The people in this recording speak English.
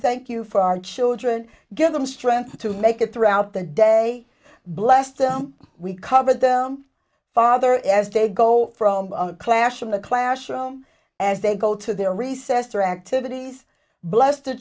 thank you for our children give them strength to make it throughout the day blessed we cover the father as they go from classroom to classroom as they go to their recess or activities bl